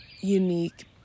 unique